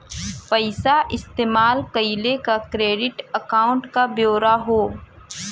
पइसा इस्तेमाल कइले क क्रेडिट अकाउंट क ब्योरा हौ